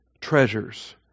treasures